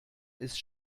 ist